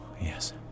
Yes